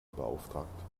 beauftragt